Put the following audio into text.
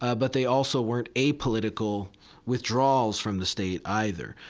ah but they also weren't apolitical withdrawals from the state either.